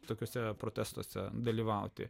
tokiuose protestuose dalyvauti